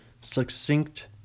succinct